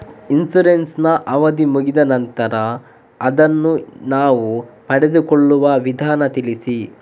Insurance ನ ಅವಧಿ ಮುಗಿದ ನಂತರ ಅದನ್ನು ನಾವು ಪಡೆದುಕೊಳ್ಳುವ ವಿಧಾನ ತಿಳಿಸಿ?